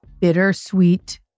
bittersweet